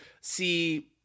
see